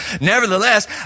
Nevertheless